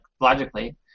logically